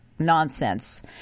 nonsense